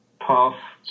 path